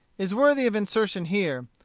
is worthy of insertion here,